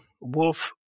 wolf